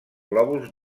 globus